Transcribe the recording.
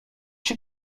się